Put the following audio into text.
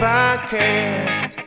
Podcast